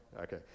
okay